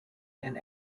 and